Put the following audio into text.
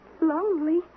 lonely